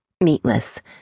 Meatless